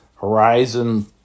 Horizon